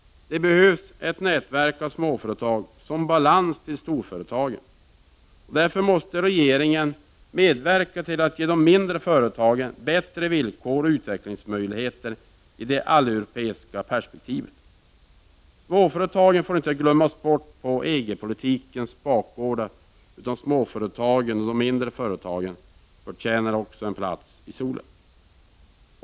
Det behövs ett nätverk av småföretag som balans till storföretagen. Därför måste regeringen medverka till att ge de mindre företagen bättre villkor och utvecklingsmöjligheter i det alleuropeiska perspektivet. Småföretagen får inte glömmas bort på EG-politikens bakgårdar utan förtjänar också en plats i solen.